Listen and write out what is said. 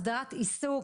הסדרת עיסוק.